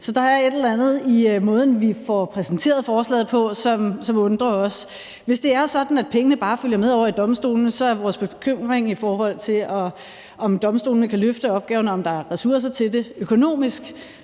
Så der er et eller andet i måden, vi får præsenteret forslaget på, som undrer os. Hvis det er sådan, at pengene bare følger med over til domstolene, er vores bekymring, i forhold til om domstolene kan løfte opgaven, altså om der er ressourcer til det økonomisk,